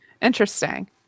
Interesting